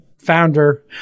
founder